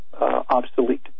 obsolete